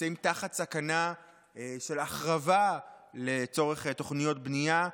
נמצאות בסכנה של החרבה לצורך תוכניות בנייה.